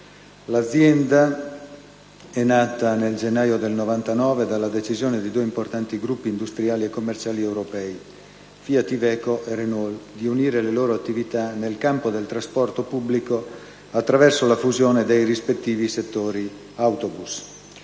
Italia Spa è nata nel gennaio 1999 dalla decisione di due importanti gruppi industriali e commerciali europei (FIAT Iveco e Renault) di unire le loro attività nel campo del trasporto pubblico attraverso la fusione dei rispettivi settori autobus.